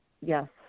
Yes